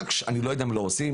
אני לא יודע אם לא עושים,